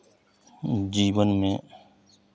जीवन में